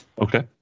Okay